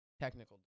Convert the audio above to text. Technical